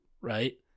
right